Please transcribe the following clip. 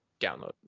download